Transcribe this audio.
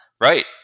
Right